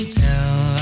tell